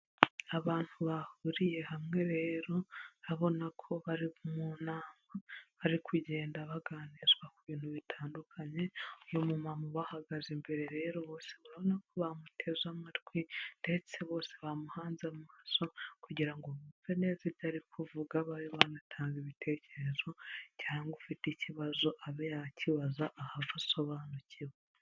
Abantu bahuriye hamwe rero urabona ko bari mu nama. Bari kugenda baganizwa ku bintu bitandukanye. Uyu mu mama ubahagaze imbere rero, bose murabona ko bamuteze amatwi ndetse bose bamuhanze amaso ,kugira ngo bumve neza ibyo ari kuvuga babe banatanga ibitekerezo cyangwa ufite ikibazo abe yakibaza ahave asobanukiwe.